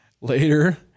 later